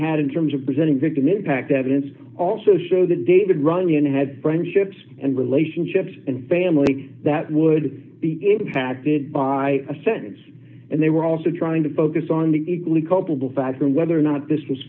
had in terms of presenting victim impact evidence also show that david runnion had friendships and relationships and family that would be impacted by a sentence and they were also trying to focus on the equally culpable factor whether or not this was